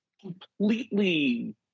completely